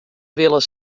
willen